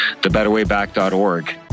thebetterwayback.org